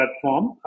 platform